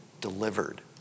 delivered